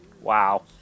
wow